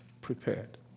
prepared